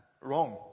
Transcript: wrong